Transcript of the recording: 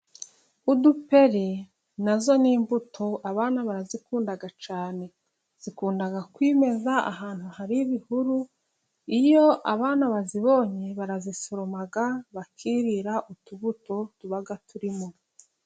Uduperi natwo ni imbuto abana barazikunda cyane, zikunda kwimeza ahantu hari ibihuru, iyo abana bazibonye barazisoroma, bakirira utubuto tuba turimo.